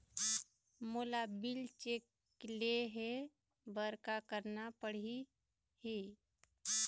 मोला bill check ले हे बर का करना पड़ही ही?